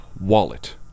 wallet